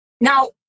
now